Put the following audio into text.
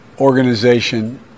organization